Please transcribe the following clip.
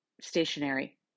stationary